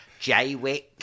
Jaywick